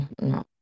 no